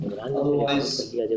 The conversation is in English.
otherwise